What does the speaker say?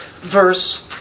verse